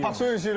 um serious. yeah